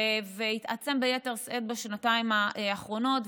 והתעצם ביתר שאת בשנתיים האחרונות.